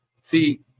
see